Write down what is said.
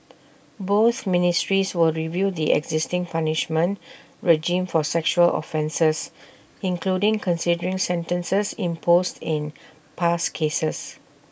both ministries will review the existing punishment regime for sexual offences including considering sentences imposed in past cases